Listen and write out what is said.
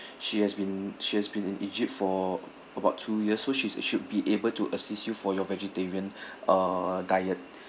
she has been she has been in egypt for about two years so she's should be able to assist you for your vegetarian uh diet